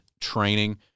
training